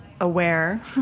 aware